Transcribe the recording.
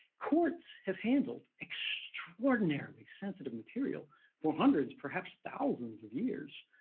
courts have handled extraordinarily sensitive material for hundreds, perhaps thousands of years.